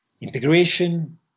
Integration